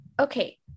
Okay